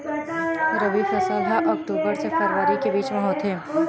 रबी फसल हा अक्टूबर से फ़रवरी के बिच में होथे